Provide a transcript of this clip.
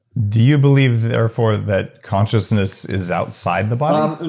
do you believe therefore that consciousness is outside the but um and